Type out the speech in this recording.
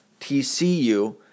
TCU